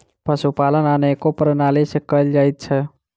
पशुपालन अनेको प्रणाली सॅ कयल जाइत छै